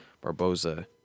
Barboza